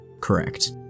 Correct